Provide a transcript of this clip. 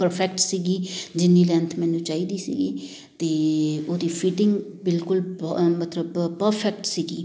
perfect ਸੀਗੀ ਜਿੰਨੀ length ਮੈਨੂੰ ਚਾਹੀਦੀ ਸੀ ਅਤੇ ਉਹਦੀ ਫਿਟਿੰਗ ਬਿਲਕੁਲ ਬ ਮਤਲਬ ਪ ਪਰਫੈਕਟ ਸੀਗੀ